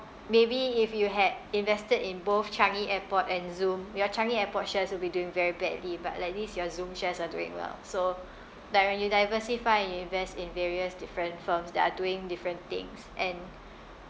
maybe if you had invested in both changi airport and zoom your changi airport shares will be doing very badly but at least your zoom shares are doing well so like when you diversify you invest in various different firms that are doing different things and